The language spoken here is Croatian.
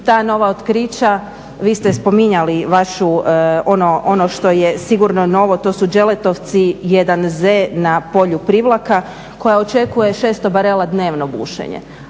Ta nova otkrića vi ste spominjali vašu ono što je sigurno novo to su Đeletovci 1Z na polju Privlaka koja očekuje 600 barela dnevno bušenje.